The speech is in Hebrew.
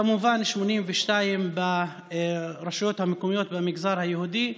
כמובן, 82% ברשויות המקומיות במגזר היהודי,